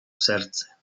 serce